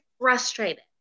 frustrated